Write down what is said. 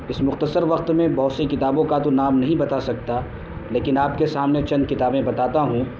اس مختصر وقت میں بہت سی کتابوں کا تو نام نہیں بتا سکتا لیکن آپ کے سامنے چند کتابیں بتاتا ہوں